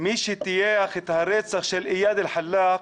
מי שטייח את הרצח של איאד אל חלאק